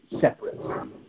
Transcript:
separate